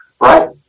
Right